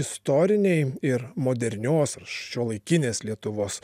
istorinei ir modernios ar šiuolaikinės lietuvos